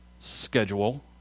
schedule